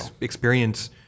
experience